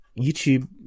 YouTube